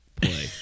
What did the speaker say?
play